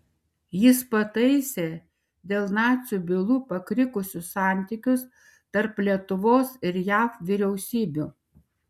jis pataisė dėl nacių bylų pakrikusius santykius tarp lietuvos ir jav vyriausybių